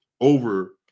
over